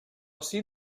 ací